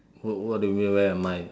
what what do you mean where am I